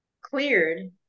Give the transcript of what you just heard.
cleared